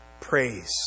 praise